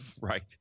Right